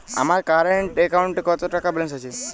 আমার কারেন্ট অ্যাকাউন্টে কত টাকা ব্যালেন্স আছে?